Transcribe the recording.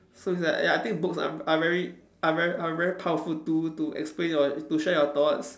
so it's like ya I think books are are very are very are very powerful to to explain your to share your thoughts